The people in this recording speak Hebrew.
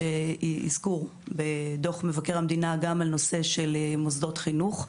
הזכירו בדוח מבקר המדינה גם את נושא מוסדות חינוך.